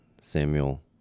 Samuel